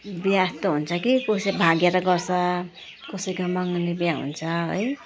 बिहा त हुन्छ कि कसैले भागेर गर्छ कसैको मँगनी बिहा हुन्छ है